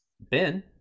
Ben